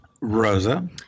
Rosa